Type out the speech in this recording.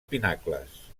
pinacles